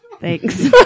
thanks